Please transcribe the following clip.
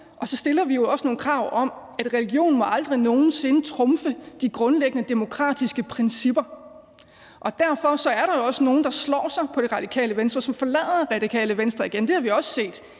ind, stiller vi jo også nogle krav om, at religionen aldrig nogen sinde må trumfe de grundlæggende demokratiske principper. Og derfor er der jo også nogle, der slår sig på Radikale Venstre, og som forlader Radikale Venstre igen. Det har vi også set,